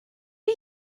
are